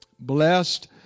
Blessed